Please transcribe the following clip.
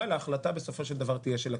אבל ההחלטה בסופו של דבר תהיה של הכנסת.